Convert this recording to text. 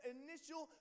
initial